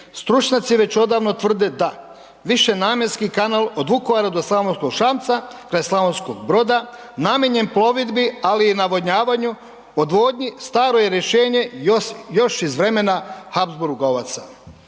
Stručnjaci već odavno tvrde da višenamjenski kanal od Vukovara do Slavonskog Šamca kraj Slavonskog Broda namijenjen plovidbi ali i navodnjavanju odvodnji staro je rješenje još iz vremena Habsburgovaca.